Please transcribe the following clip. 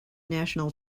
national